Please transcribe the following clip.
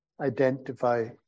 identify